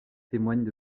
témoignent